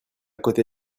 côté